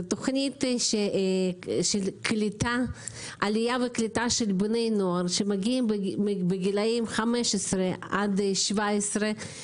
זאת תוכנית של עלייה וקליטה של בני נוער שמגיעים בני 15 עד 17,